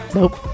Nope